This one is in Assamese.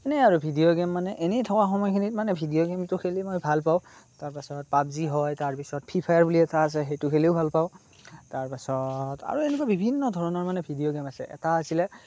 এনেই আৰু ভিডিঅ' গেম মানে এনেই থকা সময়খিনিত মানে ভিডিঅ' গেমটো খেলি মই ভাল পাওঁ তাৰপাছত পাবজী হয় তাৰপিছত ফ্ৰী ফায়াৰ বুলি এটা আছে সেইটো খেলিও ভাল পাওঁ তাৰপাছত আৰু এনেকুৱা বিভিন্ন ধৰণৰ মানে ভিডিঅ' গেম আছে এটা আছিলে